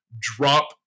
drop